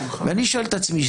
ואני שואל את עצמי,